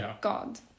God